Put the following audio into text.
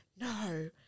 no